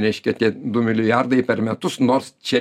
reiškia tie du milijardai per metus nors čia